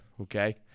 Okay